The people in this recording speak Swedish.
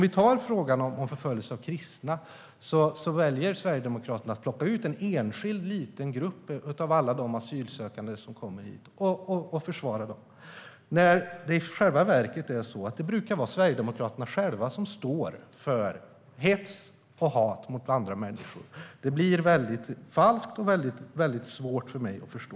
I frågan om förföljelse av kristna väljer Sverigedemokraterna att plocka ut en enskild liten grupp av alla de asylsökande som kommer hit och försvara den när det i själva verket brukar vara Sverigedemokraterna själva som står för hets och hat mot andra människor. Det blir väldigt falskt och svårt för mig att förstå.